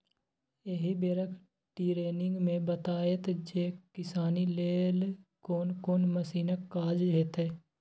एहि बेरक टिरेनिंग मे बताएत जे किसानी लेल कोन कोन मशीनक काज हेतै